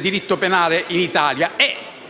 diritto penale in Italia